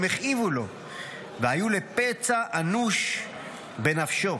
הם הכאיבו לו והיו לפצע אנוש בנפשו.